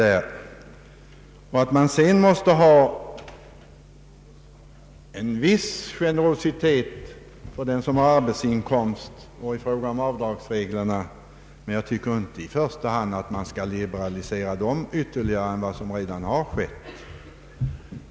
Sedan måste man visa en viss generositet i fråga om avdragsreglerna för dem som har arbetsinkomst. Men jag tycker inte att man i första hand skall liberalisera bestämmelserna ytterligare för denna grupp mer än vad som redan skett.